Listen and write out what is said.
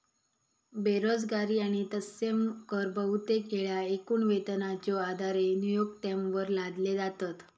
बेरोजगारी आणि तत्सम कर बहुतेक येळा एकूण वेतनाच्यो आधारे नियोक्त्यांवर लादले जातत